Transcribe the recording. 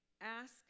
ask